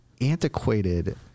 antiquated